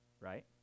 right